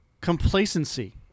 complacency